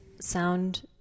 sound